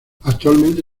actualmente